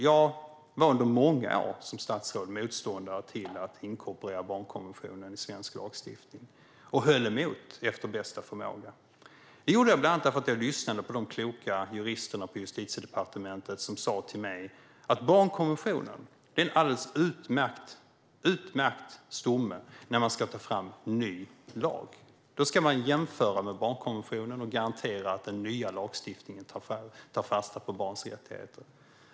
Jag var under många år som statsråd motståndare till att inkorporera barnkonventionen i svensk lagstiftning och höll emot efter bästa förmåga. Det gjorde jag bland annat för att jag lyssnade på de kloka juristerna på Justitiedepartementet. De sa till mig att barnkonventionen är en alldeles utmärkt stomme när man ska ta fram en ny lag. Då ska man jämföra med barnkonventionen och garantera att den nya lagstiftningen tar fasta på barns rättigheter.